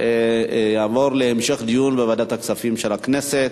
תעבור להמשך דיון בוועדת הכספים של הכנסת.